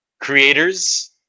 creators